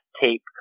tape